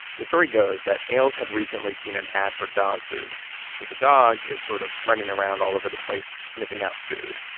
the story goes that ailes had recently seen an ad for dog food where the dog is sort of running around all over the place sniffing out food.